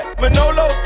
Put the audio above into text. manolo